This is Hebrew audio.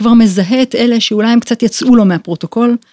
כבר מזהה את אלה שאולי הם קצת יצאו לו מהפרוטוקול.